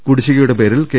കുടിശ്ശിക യുടെ പേരിൽ കെ